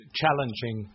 challenging